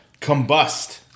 Combust